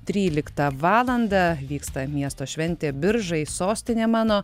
tryliktą valandą vyksta miesto šventė biržai sostinė mano